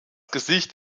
gesicht